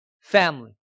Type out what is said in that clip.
family